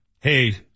Hey